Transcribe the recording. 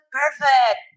perfect